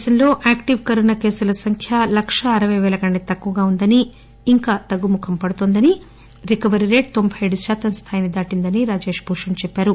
దేశంలో active corona కేసుల సంఖ్య లక్షా అరవై పేల కంటే తక్కువగా ఉందని ఇంకా తగ్గుముఖం పడుతోందని రికవరీ రేటు తొంభై ఏడు శాతం స్థాయి దాటిందని రాజేష్ భూషణ్ చెప్పారు